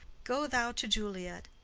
go thou to juliet,